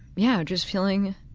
yeah, just feeling